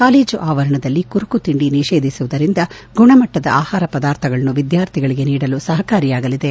college ಆವರಣದಲ್ಲಿ ಕುರುಕು ತಿಂಡಿ ನಿಷೇಧಿಸುವುದರಿಂದ ಗುಣಮಟ್ಟದ ಆಹಾರ ಪದಾರ್ಥಗಳನ್ನು ವಿದ್ಯಾರ್ಥಿಗಳಿಗೆ ನೀಡಲು ಸಹಕಾರಿಯಾಗಲಿದೆ